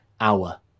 hour